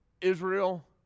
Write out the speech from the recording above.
Israel